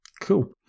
Cool